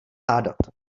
hádat